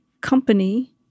company